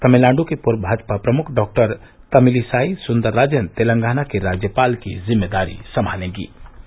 तमिलनाडु की पूर्व भाजपा प्रमुख डॉक्टर तमिलिसाई सुंदरराजन तेलंगाना के राज्यपाल की जिम्मेदारी संभालेंगीं